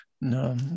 no